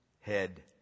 head